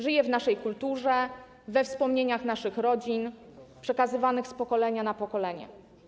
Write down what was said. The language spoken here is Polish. Żyje w naszej kulturze, we wspomnieniach naszych rodzin, przekazywanych z pokolenia na pokolenie.